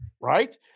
Right